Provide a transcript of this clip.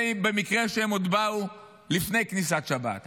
זה במקרה שהם עוד באו לפני כניסת שבת,